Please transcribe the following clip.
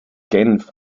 genf